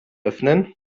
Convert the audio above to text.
öffnen